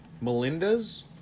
Melinda's